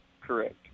Correct